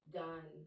done